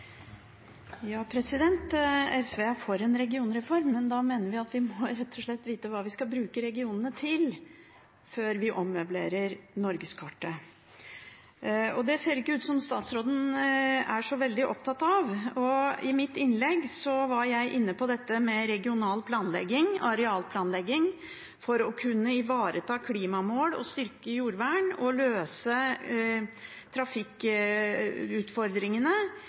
for en regionreform, men vi mener at vi rett og slett må vite hva vi skal bruke regionene til, før vi ommøblerer norgeskartet. Det ser det ikke ut til at statsråden er så veldig opptatt av. I mitt innlegg var jeg inne på dette med regional planlegging, arealplanlegging, at det å kunne ivareta klimamål, styrke jordvern og løse trafikkutfordringene